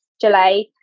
July